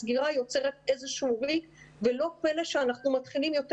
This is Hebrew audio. הסגירה יוצרת איזשהו ריק ולא פלא שאנחנו מתחילים יותר